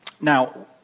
Now